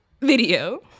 video